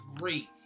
Great